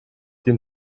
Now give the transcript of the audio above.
den